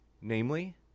namely